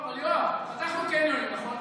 יואב, פתחנו קניונים, נכון?